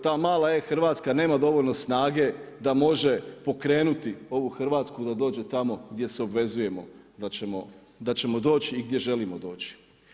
Ta mala e-Hrvatska nema dovoljno snage da može pokrenuti ovu Hrvatsku da dođe tamo gdje se obvezujemo da ćemo doći i gdje želimo doći.